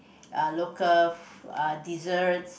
uh local uh desserts